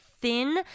Thin